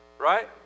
right